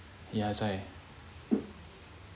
ya that's why